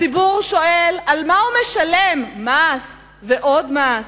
הציבור שואל על מה הוא משלם מס ועוד מס.